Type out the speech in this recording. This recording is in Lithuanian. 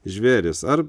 žvėris ar